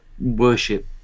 worship